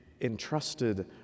entrusted